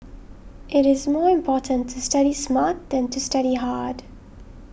it is more important to study smart than to study hard